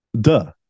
Duh